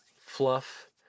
fluff